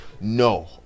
no